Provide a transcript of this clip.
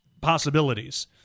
possibilities